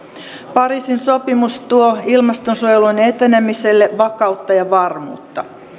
pariisin sopimus tuo ilmastonsuojelun etenemiselle vakautta ja varmuutta